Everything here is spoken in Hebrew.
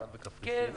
זה